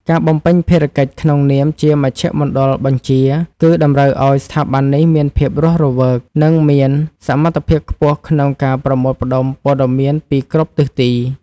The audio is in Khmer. ការបំពេញភារកិច្ចក្នុងនាមជាមជ្ឈមណ្ឌលបញ្ជា គឺតម្រូវឱ្យស្ថាប័ននេះមានភាពរស់រវើក និងមានសមត្ថភាពខ្ពស់ក្នុងការប្រមូលផ្ដុំព័ត៌មានពីគ្រប់ទិសទី។